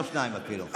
לא שניים אפילו.